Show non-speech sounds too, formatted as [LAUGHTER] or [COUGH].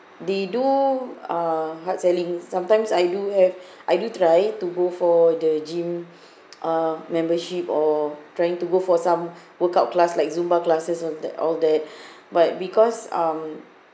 they do uh hard selling sometimes I do have [BREATH] I do try to go for the gym [BREATH] uh membership or trying to go for some workout class like zumba classes all the all that [BREATH] but because um